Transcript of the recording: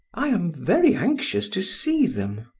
i am very anxious to see them!